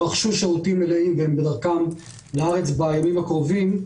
רכשו שירותים מלאים והם בדרכם לארץ בימים הקרובים,